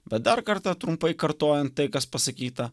bet dar kartą trumpai kartojant tai kas pasakyta